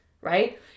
right